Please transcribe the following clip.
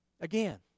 Again